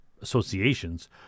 associations